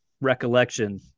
recollection